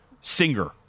singer